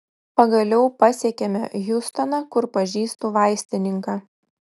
pagaliau pasiekėme hjustoną kur pažįstu vaistininką